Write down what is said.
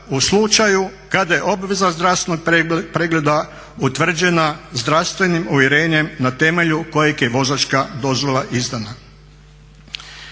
u slučaju kada je obveza zdravstvenog pregleda utvrđena zdravstvenim uvjerenjem na temelju kojeg je vozačka dozvola izdana.